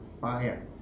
fire